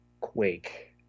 Quake